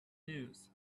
news